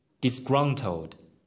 Disgruntled